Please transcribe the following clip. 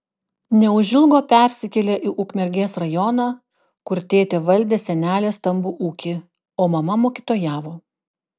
neužilgo persikėlė į ukmergės rajoną kur tėtė valdė senelės stambų ūkį o mama mokytojavo